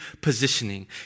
positioning